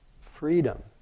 Freedom